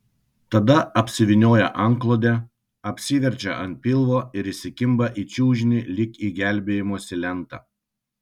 tada apsivynioja antklode apsiverčia ant pilvo ir įsikimba į čiužinį lyg į gelbėjimosi lentą